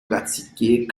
pratiquée